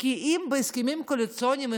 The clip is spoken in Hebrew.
כי בהסכמים הקואליציוניים,